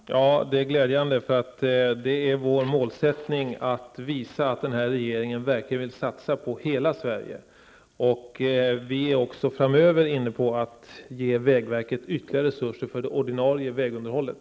Fru talman! Ja, det är glädjande. Det är vår målsättning att visa att denna regering verkligen vill satsa på hela Sverige. Vi är inne på att framöver ge vägverket ytterligare resurser för det ordinarie vägunderhållet.